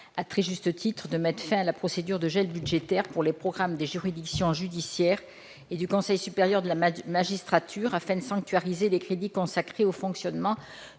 à juste titre, de mettre fin à la procédure de gel budgétaire pour les programmes des juridictions judiciaires et du Conseil supérieur de la magistrature, afin de sanctuariser les crédits consacrés au fonctionnement